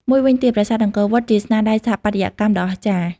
មួយវិញទៀត ប្រាសាទអង្គរវត្ត ជាស្នាដៃស្ថាបត្យកម្មដ៏អស្ចារ្យ។